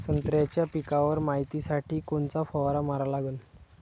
संत्र्याच्या पिकावर मायतीसाठी कोनचा फवारा मारा लागन?